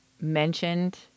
mentioned